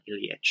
Ilyich